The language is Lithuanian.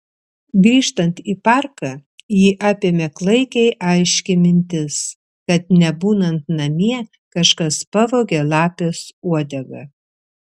grįžtant į parką jį apėmė klaikiai aiški mintis kad nebūnant namie kažkas pavogė lapės uodegą